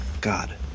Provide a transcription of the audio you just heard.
God